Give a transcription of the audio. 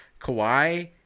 Kawhi